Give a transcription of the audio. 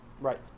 Right